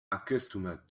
accustomed